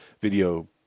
video